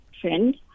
trend